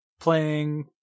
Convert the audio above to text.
playing